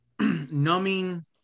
numbing